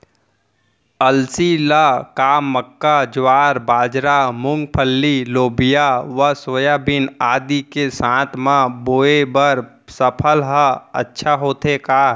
अलसी ल का मक्का, ज्वार, बाजरा, मूंगफली, लोबिया व सोयाबीन आदि के साथ म बोये बर सफल ह अच्छा होथे का?